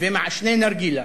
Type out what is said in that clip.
ומעשני נרגילה.